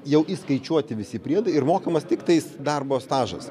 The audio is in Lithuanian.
jau įskaičiuoti visi priedai ir mokamas tik tais darbo stažas